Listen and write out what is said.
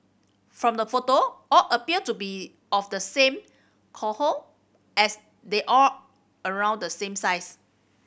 from the photo all appear to be of the same cohort as they are around the same size